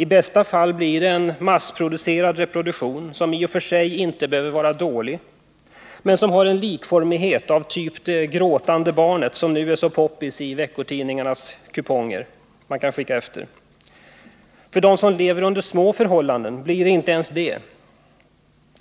I bästa fall blir det en massproducerad reproduktion, som i och för sig inte behöver vara dålig men som har en likformighet av typ det gråtande barnet, som nu är populär i veckotidningarna och som man kan skicka efter på kuponger. För dem som lever under små förhållanden blir det inte ens det,